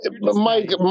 Mike